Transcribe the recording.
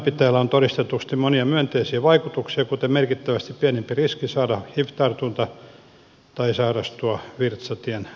toimenpiteellä on todistetusti monia myönteisiä vaikutuksia kuten merkittävästi pienempi riski saada hiv tartunta tai sairastua virtsatietulehduksiin